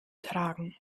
tragen